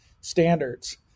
standards